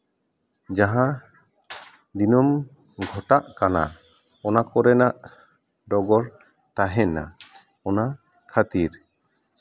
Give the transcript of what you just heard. ᱡᱟᱦᱟᱸ ᱫᱤᱱᱟᱹᱢ ᱜᱷᱚᱴᱟᱜ ᱠᱟᱱᱟ ᱚᱱᱟ ᱠᱚᱨᱮᱱᱟᱜ ᱰᱚᱜᱚᱨ ᱛᱟᱦᱮᱱᱟ ᱚᱱᱟ ᱠᱷᱟᱹᱛᱤᱨ